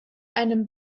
einem